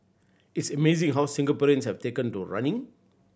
it's amazing how Singaporeans have taken to running